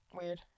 Weird